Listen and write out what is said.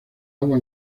agua